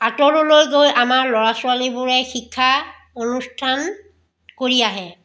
আঁতৰলৈ গৈ আমাৰ ল'ৰা ছোৱালীবোৰে শিক্ষা অনুষ্ঠান কৰি আহে